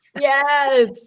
Yes